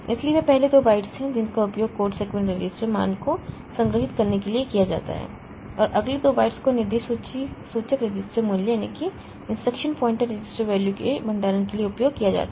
इसलिए वे पहले दो बाइटस हैं जिनका उपयोग कोड सेगमेंट रजिस्टर मान को संग्रहीत करने के लिए किया जाता है और अगले दो बाइट्स को निर्देश सूचक रजिस्टर मूल्य के भंडारण के लिए उपयोग किया जाता है